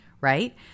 right